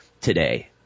today